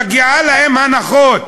מגיעות להן הנחות.